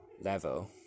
level